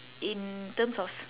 in terms of